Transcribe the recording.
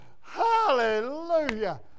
Hallelujah